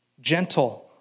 Gentle